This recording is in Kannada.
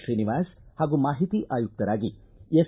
ಶ್ರೀನಿವಾಸ್ ಹಾಗೂ ಮಾಹಿತಿ ಆಯುಕ್ತರಾಗಿ ಎಸ್